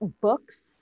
books